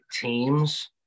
teams